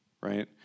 right